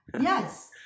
Yes